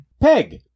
Peg